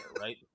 right